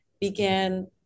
began